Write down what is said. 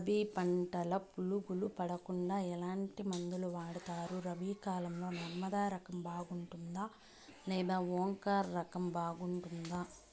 రబి పంటల పులుగులు పడకుండా ఎట్లాంటి మందులు వాడుతారు? రబీ కాలం లో నర్మదా రకం బాగుంటుందా లేదా ఓంకార్ రకం బాగుంటుందా?